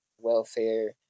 welfare